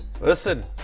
Listen